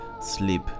sleep